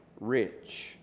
rich